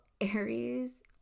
Aries